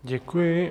Děkuji.